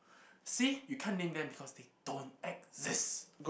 see you can't name them because they don't exist